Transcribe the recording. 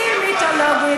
מאה אחוז,